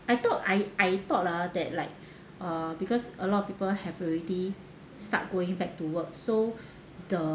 I thought I I thought ah that like uh because a lot of people have already start going back to work so the